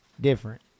Different